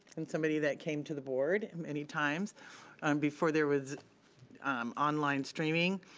and somebody that came to the board and many times um before there was um online streaming,